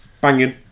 Banging